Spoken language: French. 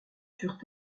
furent